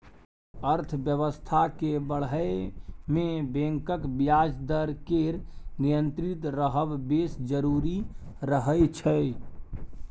अर्थबेबस्था केँ बढ़य मे बैंकक ब्याज दर केर नियंत्रित रहब बेस जरुरी रहय छै